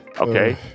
Okay